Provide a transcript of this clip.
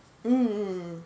mm